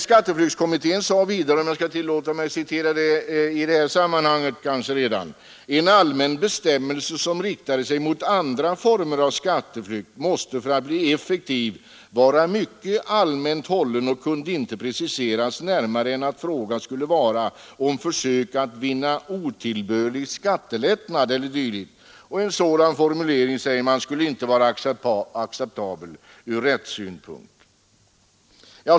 Skatteflyktskommittén sade vidare, vilket jag skall tillåta mig att citera redan i det här sammanhanget: ”En allmän bestämmelse, som riktade sig mot andra former av skatteflykt, måste för att bli effektiv vara mycket allmänt hållen och kunde inte preciseras närmare än att fråga skulle vara om försök att vinna otillbörlig skattelättnad” eller dylikt.” En sådan formulering skulle inte, säger kommittén, vara acceptabel ur rättssäkerhetssynpunkt.